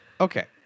Okay